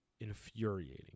infuriating